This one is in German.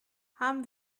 haben